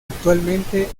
actualmente